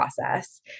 process